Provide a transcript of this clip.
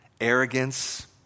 arrogance